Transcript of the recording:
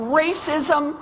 racism